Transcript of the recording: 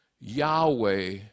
Yahweh